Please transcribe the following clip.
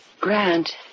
Grant